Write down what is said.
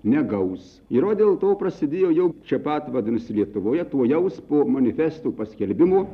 negaus ir vat dėl to prasidėjo jau čia pat vadinasi lietuvoje tuojau po manifesto paskelbimo